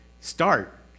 start